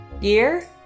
year